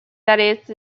that